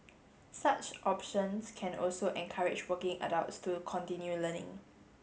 such options can also encourage working adults to continue learning